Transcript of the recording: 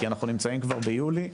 כי אנחנו נמצאים כבר ביולי,